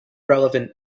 relevant